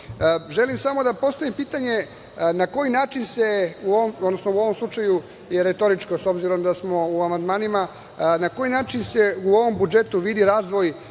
samo da postavim pitanje na koji način se, u ovom slučaju je retoričko, s obzirom da smo u amandmanima, na koji način se u ovom budžetu vidi